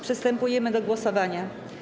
Przystępujemy do głosowania.